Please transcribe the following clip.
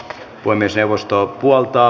puhemiesneuvosto puoltaa